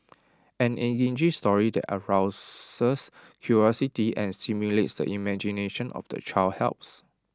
an engaging story that arouses curiosity and stimulates the imagination of the child helps